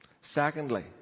Secondly